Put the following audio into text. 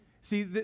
See